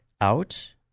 out